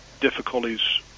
difficulties